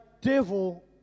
devil